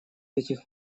этих